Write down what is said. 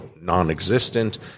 non-existent